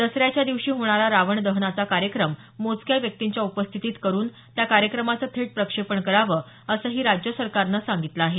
दसऱ्याच्या दिवशी होणारा रावण दहनाचा कार्यक्रम मोजक्या व्यक्तींच्या उपस्थितीत करुन त्या कार्यक्रमाचं थेट प्रक्षेपण करावं असंही राज्य सरकारनं सांगितलं आहे